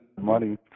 money